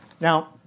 Now